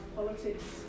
politics